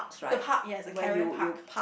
the park yes the caravan park